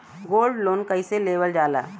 Gold loan कईसे लेवल जा ला?